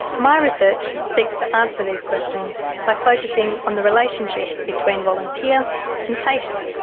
my research seeks to answer these questions by focusing on the relationship between volunteer and patient.